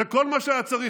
וכל מה שהיה צריך,